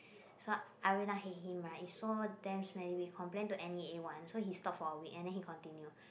so I every time hate him right it's so damn smelly we complain to N_E_A one so he stop for a week and then he continue